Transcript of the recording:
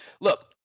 Look